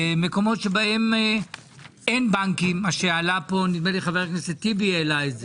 מקומות שבהם אין בנקים נדמה לי שחבר הכנסת טיבי העלה את זה